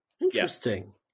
interesting